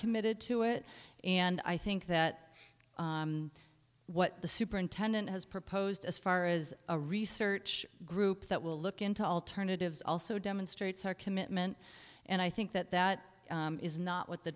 committed to it and i think that what the superintendent has proposed as far as a research group that will look into alternatives also demonstrates our commitment and i think that that is not what the